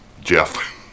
Jeff